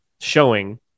showing